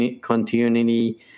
continuity